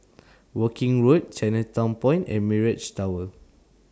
Woking Road Chinatown Point and Mirage Tower